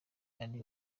ari